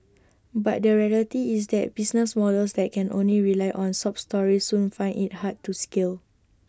but the reality is that business models that can only rely on sob stories soon find IT hard to scale